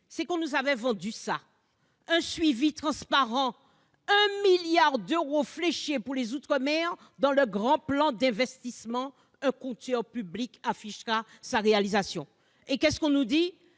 c'est qu'on nous avait vendu ça ( un suivi transparent, 1 milliard d'euros fléchés pour les outre-mer dans le grand plan d'investissement, un compteur public qui afficherait sa réalisation ! Et que nous dit-on